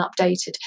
updated